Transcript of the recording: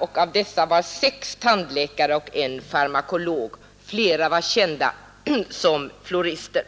Av dessa var sex tandläkare och en farmakolog. Flera av dem var kända som fluorister.